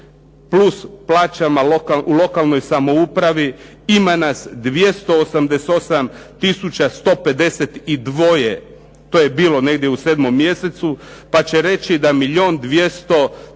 plus plaćama u lokalnoj samoupravi ima nas 288 tisuća 152. To je bilo negdje u sedmom mjesecu, pa će reći da milijun